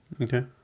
Okay